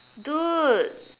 dude